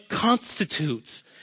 constitutes